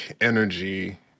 energy